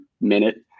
minute